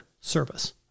service